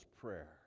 prayer